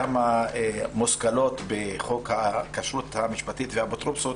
כמה מושכלות בחוק הכשרות המשפטית והאפוטרופסות